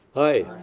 aye.